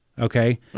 Okay